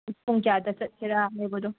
ꯄꯨꯡ ꯀꯌꯥꯗ ꯆꯠꯁꯤꯔ ꯍꯥꯏꯕꯗꯣ